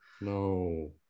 no